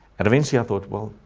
and eventually i thought, well,